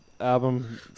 album